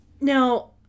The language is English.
now